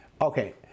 okay